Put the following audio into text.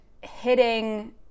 hitting